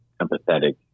empathetic